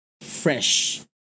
fresh